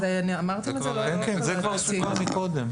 את זה סוכם קודם.